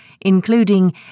including